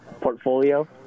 Portfolio